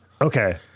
Okay